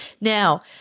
Now